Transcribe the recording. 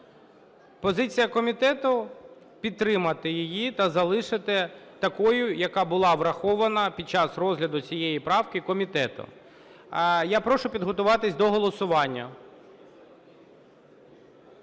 Позиція комітету – підтримати її та залишити такою, яка була врахована під час розгляду цієї правки комітетом. Я прошу підготуватись до голосування.